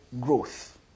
growth